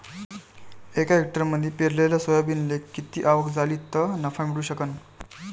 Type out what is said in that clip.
एका हेक्टरमंदी पेरलेल्या सोयाबीनले किती आवक झाली तं नफा मिळू शकन?